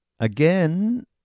again